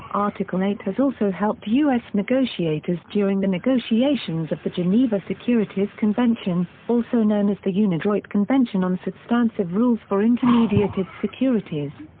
article eight has also helped us negotiators during the negotiations of the geneva securities convention, also known as the unidroit convention on substantive rules for intermediated securities.